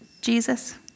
Jesus